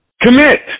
Commit